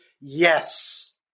yes